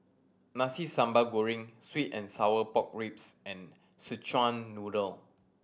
Nasi Sambal Goreng sweet and sour pork ribs and Szechuan Noodle